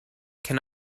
can